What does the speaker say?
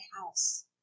house